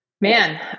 Man